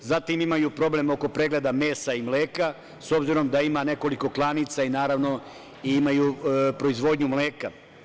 Imaju problem oko pregleda mesa i mleka, s obzirom da ima nekoliko klanica i, naravno, imaju proizvodnju mleka.